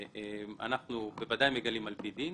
אנחנו בוודאי מגלים על פי דין.